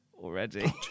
already